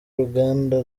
ruganda